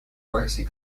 waxy